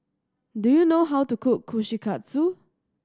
do you know how to cook Kushikatsu